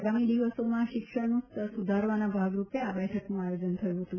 આગામી દિવસોમાં શિક્ષણનું સ્તર સુધારવાના ભાગરૂપે આ બેઠકનું આયોજન થયું હતું